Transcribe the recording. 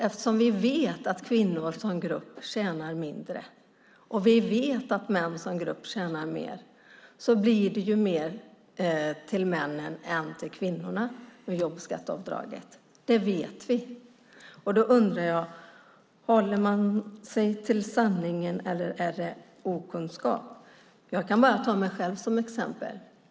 Eftersom vi vet att kvinnor som grupp tjänar mindre, och vi vet att män som grupp tjänar mer blir det ju mer till männen än till kvinnorna med jobbskatteavdraget. Det vet vi. Därför undrar jag: Håller ni er till sanningen eller är det okunskap? Jag kan bara ta mig själv som exempel.